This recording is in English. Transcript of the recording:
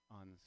on